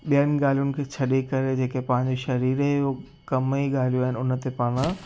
ॿियनि ॻाल्हियुनि खे छॾे करे जेके पंहिंजे सरीर जो कम जी ॻाल्हियूं आहिनि हुन ते पाणि